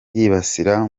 yibasira